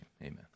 Amen